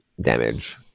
damage